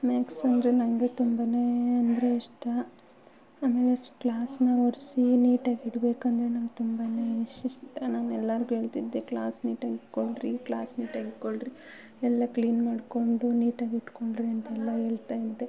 ಮ್ಯಾಕ್ಸಂದರೆ ನಂಗೆ ತುಂಬ ಅಂದರೆ ಇಷ್ಟ ಆಮೇಲೆ ಕ್ಲಾಸ್ನ ಒರೆಸಿ ನೀಟಾಗಿಡಬೇಕಂದ್ರೆ ನಂಗೆ ತುಂಬ ಇಷ್ಟ ನಾನು ಎಲ್ಲಾರಿಗು ಹೇಳ್ತಿದ್ದೆ ಕ್ಲಾಸ್ ನೀಟಾಗಿಟ್ಕೊಳ್ರಿ ಕ್ಲಾಸ್ ನೀಟಾಗಿಟ್ಕೊಳ್ರಿ ಎಲ್ಲ ಕ್ಲೀನ್ ಮಾಡಿಕೊಂಡು ನೀಟಾಗಿಟ್ಕೊಳ್ರಿ ಅಂತೆಲ್ಲ ಹೇಳ್ತಾಯಿದ್ದೆ